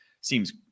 seems